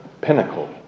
pinnacle